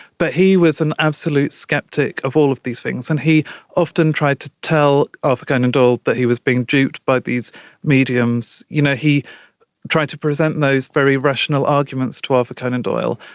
but he was an absolute sceptic of all of these things, and he often tried to tell arthur conan doyle that he was being duped by these mediums. you know he tried to present those very rational arguments to arthur conan doyle,